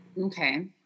Okay